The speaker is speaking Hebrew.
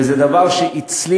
וזה דבר שהצליח.